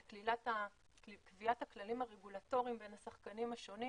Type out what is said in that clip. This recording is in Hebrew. על קביעת הכללים הרגולטוריים בין השחקנים השונים.